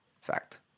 Fact